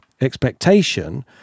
expectation